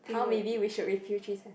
how maybe we should repeal three